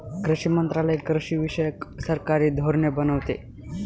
कृषी मंत्रालय कृषीविषयक सरकारी धोरणे बनवते